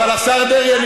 אבל השר דרעי,